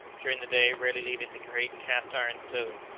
during the day rarely leaving the great cast-iron stove,